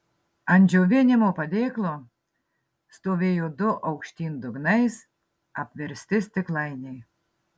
ant džiovinimo padėklo stovėjo du aukštyn dugnais apversti stiklainiai